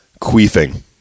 queefing